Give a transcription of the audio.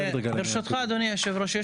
ברשותך אדוני היושב-ראש,